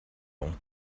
donc